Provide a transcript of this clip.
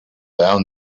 down